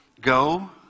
Go